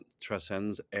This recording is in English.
transcends